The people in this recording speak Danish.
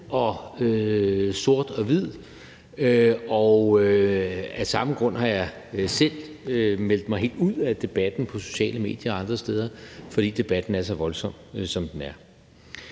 og sort og hvid, og af samme grund har jeg selv meldt mig helt ud af debatten på sociale medier og andre steder, fordi debatten er så voldsom, som den er.